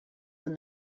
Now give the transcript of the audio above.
when